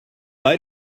bij